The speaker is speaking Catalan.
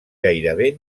gairebé